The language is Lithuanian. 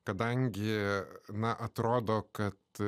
kadangi na atrodo kad